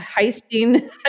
heisting